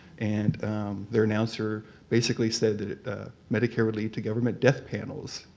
and their announcer basically said that medicare would lead to government death panels,